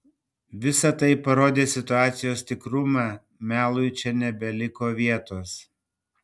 visa tai parodė situacijos tikrumą melui čia nebeliko vietos